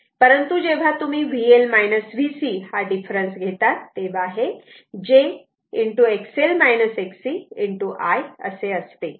परंतु जेव्हा तुम्ही VL VC हा डिफरन्स घेतात तेव्हा हे j I असे असते